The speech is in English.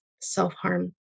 self-harm